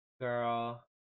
girl